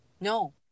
no